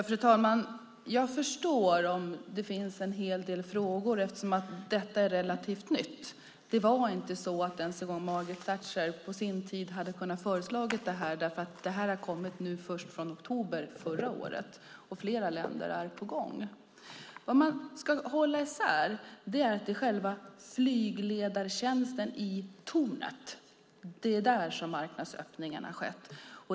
Fru talman! Jag förstår om det finns en hel del frågor eftersom detta är relativt nytt. Det var inte så att ens en gång Margaret Thatcher på sin tid hade kunnat föreslå detta därför att det här kom först i oktober förra året, och flera länder är på gång. Man ska hålla i minnet att själva flygledartjänsten i tornet är det som marknadsöppningen gäller.